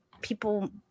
people